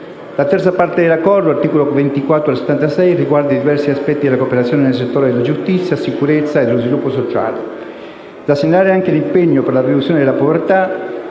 La terza parte dell'Accordo (articoli da 24 a 76) riguarda i diversi aspetti della cooperazione nel settore della giustizia, della sicurezza e dello sviluppo sociale. È da segnalare anche l'impegno per la riduzione della povertà